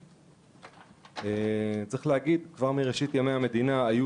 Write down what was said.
כבר מאז ימי הקמת המדינה היו